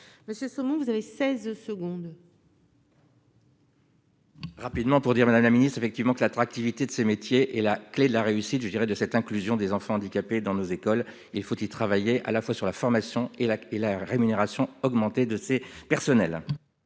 Monsieur, vous avez 16 secondes. Rapidement pour dire Madame la ministre effectivement que l'attractivité de ces métiers et la clé de la réussite, je dirais, de cette inclusion des enfants handicapés dans nos écoles, il faut y travailler à la fois sur la formation et la et leur rémunération augmenter de ces personnels.